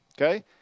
Okay